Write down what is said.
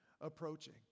approaching